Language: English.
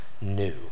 new